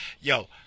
Yo